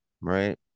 Right